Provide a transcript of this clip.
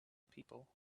people